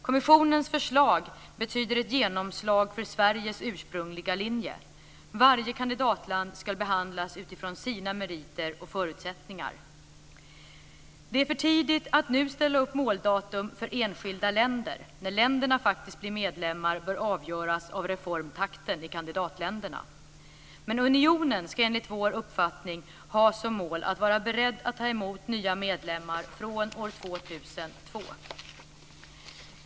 Kommissionens förslag betyder ett genomslag för Sveriges ursprungliga linje. Varje kandidatland ska behandlas utifrån sina meriter och förutsättningar. Det är för tidigt att nu ställa upp måldatum för enskilda länder. När länderna faktiskt blir medlemmar bör avgöras av reformtakten i kandidatländerna. Men unionen ska, enligt vår uppfattning, ha som mål att vara beredd att ta emot nya medlemmar från år 2002.